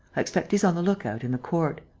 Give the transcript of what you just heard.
i expect he's on the look-out in the court.